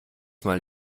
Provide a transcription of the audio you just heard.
mal